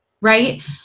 right